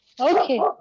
Okay